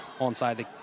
onside